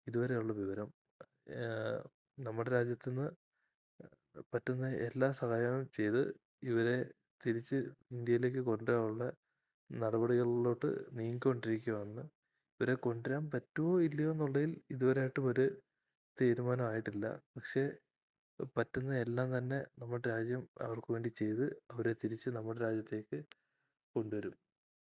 ഇതുവരെയുള്ള വിവരം നമ്മുടെ രാജ്യത്തിൽനിന്ന് പറ്റുന്ന എല്ലാ സഹായവും ചെയ്ത് ഇവരെ തിരിച്ച് ഇന്ത്യയിലേക്ക് കൊണ്ടുവരാനുള്ള നടപടികളിലോട്ട് നീങ്ങിക്കൊണ്ടിരിക്കുകയാണ് ഇവരെ കൊണ്ടുവരാൻ പറ്റുമോ ഇല്ലയോ എന്നുള്ളതിൽ ഇതുവരെയായിട്ടും ഒരു തീരുമാനം ആയിട്ടില്ല പക്ഷേ പറ്റുന്ന എല്ലാംതന്നെ നമ്മുടെ രാജ്യം അവർക്കുവേണ്ടി ചെയ്തു അവരെ തിരിച്ചു നമ്മുടെ രാജ്യത്തേക്ക് കൊണ്ടുവരും